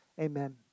amen